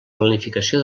planificació